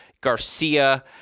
Garcia